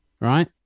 right